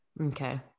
okay